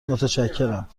متشکرم